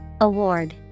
Award